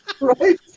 Right